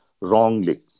wrongly